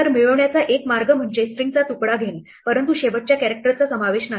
तर मिळवण्याचा एक मार्ग म्हणजे स्ट्रिंगचा तुकडा घेणे परंतु शेवटच्या कॅरेक्टरचा समावेश नाही